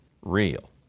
real